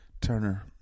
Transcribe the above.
Turner